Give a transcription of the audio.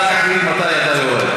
אתה תחליט מתי אתה יורד.